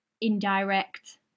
indirect